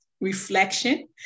reflection